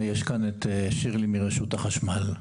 ויש כאן את שירלי מרשות החשמל.